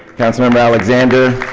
councilmember alexander,